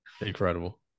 Incredible